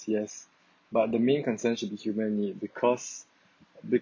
yes but the main concern should be human need because